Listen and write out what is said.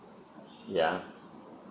yeah